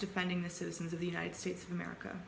defending the citizens of the united states of america